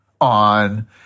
on